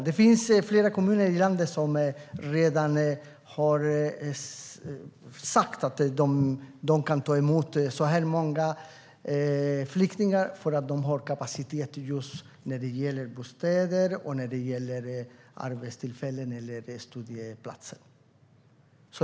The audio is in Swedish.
Det finns flera kommuner i landet som redan har sagt att de kan ta emot ett antal flyktingar, eftersom de har kapacitet när det gäller bostäder, arbetstillfällen och studieplatser.